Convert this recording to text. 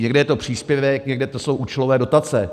Někde je to příspěvek, někdo to jsou účelové dotace.